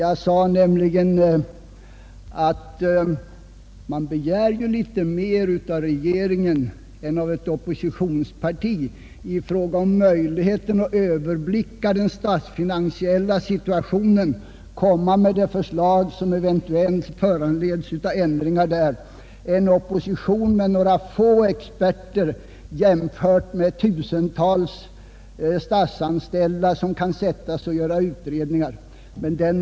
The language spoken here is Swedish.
Jag sade nämligen att man begär något mer av regeringen i fråga om möjligheten att överblicka den statsfinansiella situationen och när det gäller att framlägga förslag, som eventuellt föranleds av ändringar i denna, än av oppositionen. Den har några få experter till förfogande, vilket skall jämföras med de tusentals statsanställda som kan sättas in för att göra utredningar åt regeringspartiet.